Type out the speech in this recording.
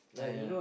!aiya!